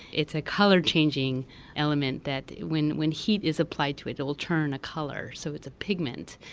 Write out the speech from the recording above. it's a color changing element that when when heat is applied to it, it will turn a color. so it's a pigment.